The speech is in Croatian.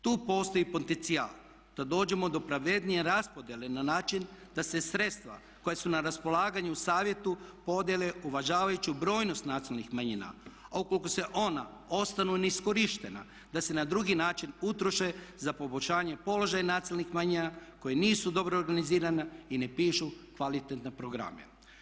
Tu postoji potencijal da dođemo do pravednije raspodjele na način da se sredstva koja su na raspolaganju u Savjetu podjele uvažavajući brojnost nacionalnih manjina, a ukoliko ona ostanu neiskorištena da se na drugi način utroše za poboljšanje položaja nacionalnih manjina koji nisu dobro organizirana i ne pišu kvalitetne programe.